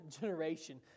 generation